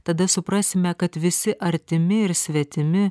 tada suprasime kad visi artimi ir svetimi